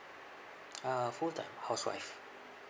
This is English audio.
uh full time housewife